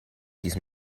diesen